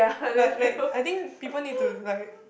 but like I think people need to like